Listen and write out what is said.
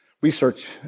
research